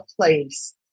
place